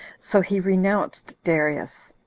so he renounced darius,